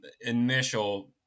initial